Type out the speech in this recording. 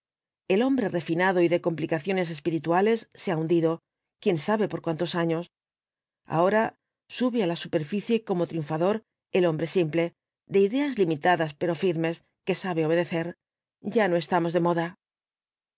el hombre refinado y de complicaciones espirituales se ha hundido quién sabe por cuántos años ahora sube á la superficie como triunfador el hombre simple de ideas limitadas pero firmes que sabe obedecer ya no estamos de moda